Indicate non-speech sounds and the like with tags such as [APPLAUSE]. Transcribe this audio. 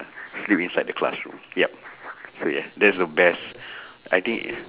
sleep inside the classroom yup so yeah that's the best [BREATH] I think ye~